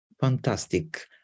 Fantastic